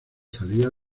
salía